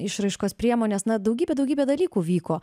išraiškos priemones na daugybė daugybė dalykų vyko